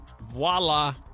Voila